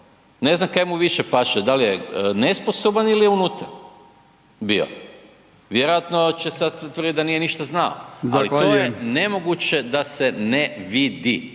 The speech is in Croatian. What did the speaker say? Ne znam kaj mu više paše da li je nesposoban ili je unutra bio. Vjerojatno će sad tvrditi da nije ništa znao … …/Upadica Brkić: